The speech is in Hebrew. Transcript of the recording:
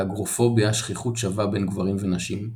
באגרופוביה שכיחות שווה בין גברים ונשים,